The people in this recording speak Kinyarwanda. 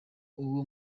uwo